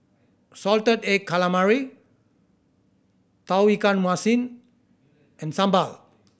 salted egg calamari Tauge Ikan Masin and sambal